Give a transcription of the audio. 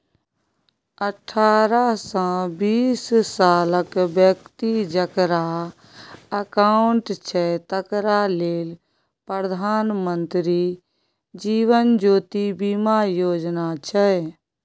अठारहसँ बीस सालक बेकती जकरा अकाउंट छै तकरा लेल प्रधानमंत्री जीबन ज्योती बीमा योजना छै